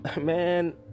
man